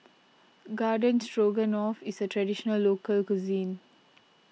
Garden Stroganoff is a Traditional Local Cuisine